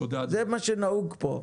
כך נהוג פה.